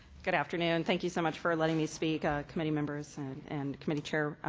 good afternoon. thank you so much for ah letting me speak, ah committee members and committee chair.